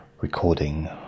recording